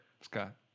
Scott